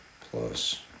plus